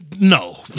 No